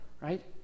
right